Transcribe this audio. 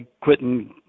quitting